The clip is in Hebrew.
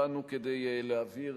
באנו כדי להבהיר,